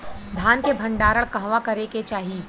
धान के भण्डारण कहवा करे के चाही?